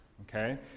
okay